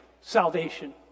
salvation